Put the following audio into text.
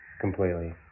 completely